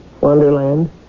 Wonderland